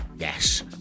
Yes